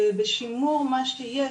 בשימור מה שיש,